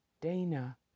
Dana